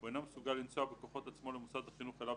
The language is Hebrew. הוא אינו מסוגל לנסוע בכוחות עצמו למוסד החינוך אליו